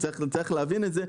צריך להבין את זה.